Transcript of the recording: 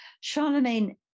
Charlemagne